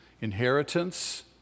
inheritance